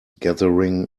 gathering